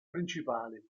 principali